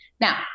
Now